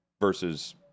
versus